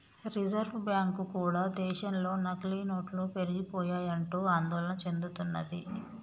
reserve bank కూడా దేశంలో నకిలీ నోట్లు పెరిగిపోయాయంటూ ఆందోళన చెందుతున్నది